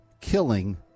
killing